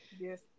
Yes